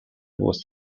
was